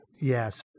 Yes